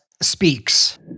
speaks